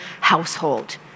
household